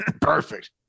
perfect